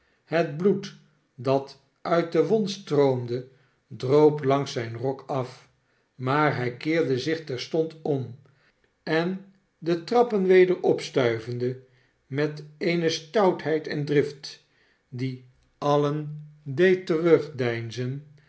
het bloed dat uit de wond stroomde droop langs zijn rok af maar hij keerde zich terstond om en de trappen weder opstuivende met eene stoutheid en drift die alien